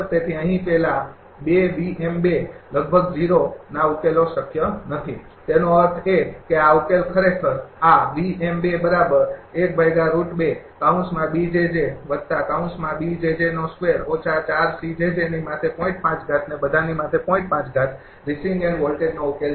તેથી અહીં પહેલા ૨ ના ઉકેલો શક્ય નથી તેનો અર્થ એ કે આ ઉકેલ ખરેખર આ રિસીવિંગ એન્ડ વોલ્ટેજનો ઉકેલ છે